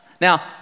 now